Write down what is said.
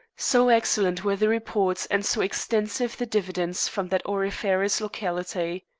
so excellent were the reports and so extensive the dividends from that auriferous locality.